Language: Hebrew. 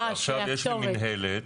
עכשיו יש לי מינהלת